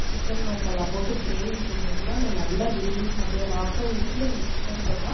chicken masala போட்டு gravy செஞ்சோம்னா நான் நல்லா விரும்பி சாப்பிடுவேன் ரசம் ஊற்றி அந்த சிக்கன் போட்டால்